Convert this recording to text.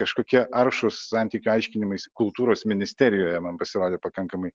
kažkokie aršūs santykių aiškinimaisi kultūros ministerijoje man pasirodė pakankamai